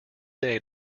day